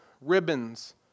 ribbons